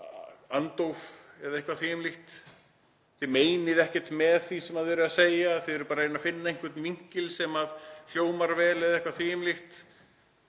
andófi eða eitthvað því um líkt. Þið meinið ekkert með því sem þið eruð að segja, þið eruð bara að reyna að finna einhvern vinkil sem hljómar vel eða eitthvað því um líkt,